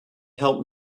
help